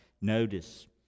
notice